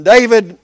David